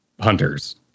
Hunters